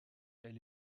elle